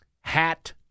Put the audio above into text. hat